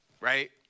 right